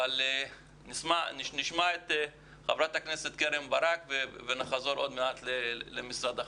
אבל נשמע את חברת הכנסת קרן ברק ונחזור עוד מעט למשרד החינוך.